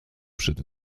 przed